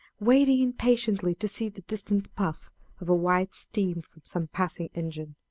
waiting impatiently to see the distant puff of white steam from some passing engine.